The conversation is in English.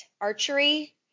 archery